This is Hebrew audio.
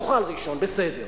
תאכל ראשון, בסדר,